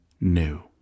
new